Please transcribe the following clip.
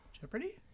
Jeopardy